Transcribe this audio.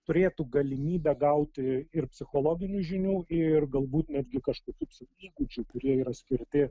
turėtų galimybę gauti ir psichologinių žinių ir galbūt netgi kažkokių įgūdžių kurie yra skirti